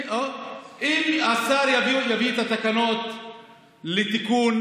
אם השר יביא את התקנות לתיקון